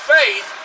faith